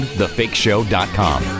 thefakeshow.com